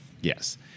Yes